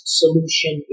solution